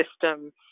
system